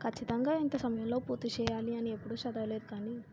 ఖచ్చితంగా ఇంత సమయంలో పూర్తి చేయాలి అని ఎప్పుడు చదవలేదు కానీ